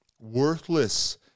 worthless